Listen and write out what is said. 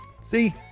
See